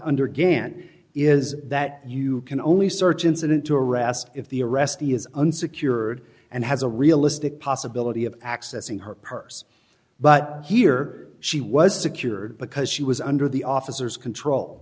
under gant is that you can only search incident to arrest if the arrestee is unsecured and has a realistic possibility of accessing her purse but here she was secured because she was under the officers control